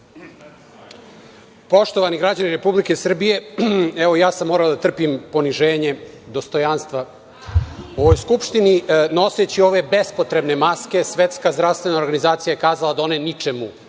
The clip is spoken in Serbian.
Poštovani građani Republike Srbije, morao sam da trpim poniženje dostojanstva u ovoj Skupštini, noseći ove bespotrebne maske. Svetska zdravstvena organizacija je kazala da one ničemu